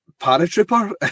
paratrooper